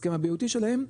הסכם ה-BOT שלהם,